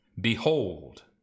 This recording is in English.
Behold